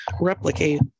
replicate